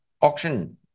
auction